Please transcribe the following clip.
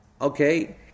okay